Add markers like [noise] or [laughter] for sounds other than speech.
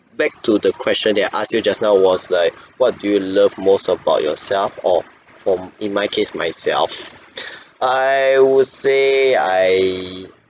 back to the question that I asked you just now was like [breath] what do you love most about yourself or for m~ in my case myself [breath] I would say I